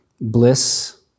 bliss